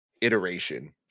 iteration